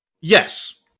Yes